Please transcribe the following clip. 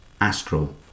astral